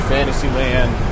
Fantasyland